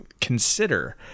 consider